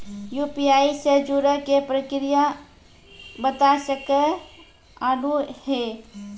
UPI से जुड़े के प्रक्रिया बता सके आलू है?